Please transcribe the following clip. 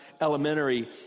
Elementary